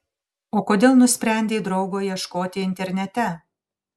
o kodėl nusprendei draugo ieškoti internete